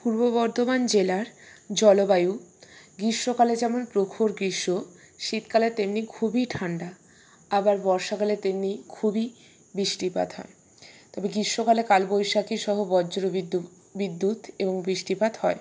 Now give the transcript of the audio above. পূর্ব বর্ধমান জেলার জলবায়ু গ্রীষ্মকালে যেমন প্রখর গ্রীষ্ম শীতকালে তেমনি খুবই ঠান্ডা আবার বর্ষাকালে তেমনি খুবই বৃষ্টিপাত হয় তবে গ্রীষ্মকালে কালবৈশাখী সহ বজ্রবিদ্যুৎ বিদ্যুৎ এবং বৃষ্টিপাত হয়